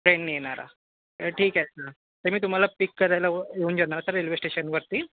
ट्रेननी येणार आहा ठीक सर तर मी तुम्हांला पिक्क करायला येऊन जाणार सर रेल्वेस्टेशनवरती